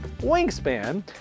Wingspan